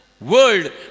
world